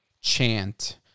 chant